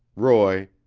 roye,